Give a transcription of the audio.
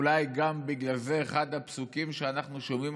אולי גם בגלל זה אחד הפסוקים שאנחנו שומעים